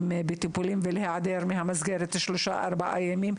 בטיפולים ולהיעדר מהמסגרת שלושה-ארבעה ימים,